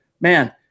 man